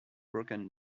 broken